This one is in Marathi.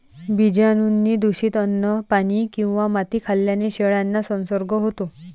बीजाणूंनी दूषित अन्न, पाणी किंवा माती खाल्ल्याने शेळ्यांना संसर्ग होतो